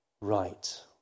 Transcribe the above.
right